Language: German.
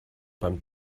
beim